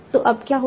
तो अब क्या होगा